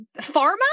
pharma